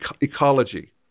ecology